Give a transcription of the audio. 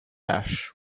ash